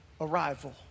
Arrival